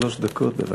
שלוש דקות, בבקשה.